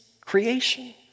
creation